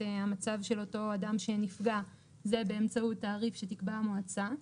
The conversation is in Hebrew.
המצב של אותו אדם שנפגע זה באמצעות תעריף שתקבע המועצה.